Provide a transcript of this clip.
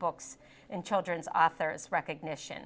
books and children's authors recognition